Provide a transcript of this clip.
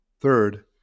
Third